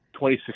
2016